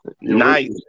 nice